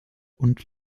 und